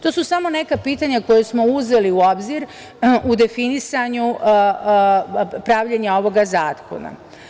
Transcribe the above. To su samo neka pitanja koja smo uzeli u obzir u definisanju pravljenja ovog zakona.